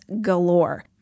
galore